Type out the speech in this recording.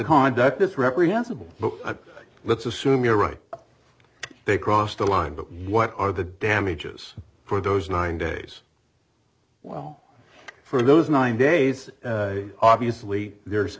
conduct is reprehensible but let's assume you're right they crossed the line but what are the damages for those nine days while for those nine days obviously there's